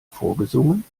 vorgesungen